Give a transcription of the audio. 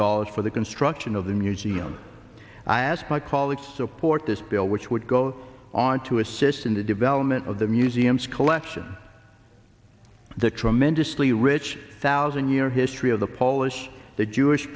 dollars for the construction of the museum i ask my colleagues to support this bill which would go on to assist in the development of the museum's collection the tremendously rich thousand year history of the polish the jewish